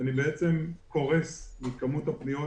אני בעצם קורס מכמויות הפניות